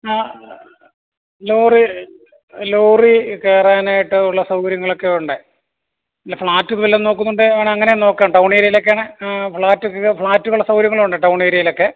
ആ lorry lorry കയറാനായിട്ട് ഉള്ള സൗകര്യങ്ങളക്കെ ഉണ്ട് വല്ല ഫ്ലാറ്റ് വല്ലതും നോക്കുന്നുണ്ടോ വേണേൽ അങ്ങനേം നോക്കാം ടൗണേര്യേലൊക്കെയാണേൽ ഫ്ലാറ്റ്ക്കെ ഫ്ലാറ്റ്കൊള്ള സൗകര്യങ്ങളുമുണ്ട് ടൗണേര്യേലക്കെ